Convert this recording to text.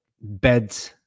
bed